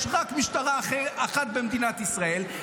יש רק משטרה אחת במדינת ישראל,